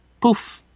poof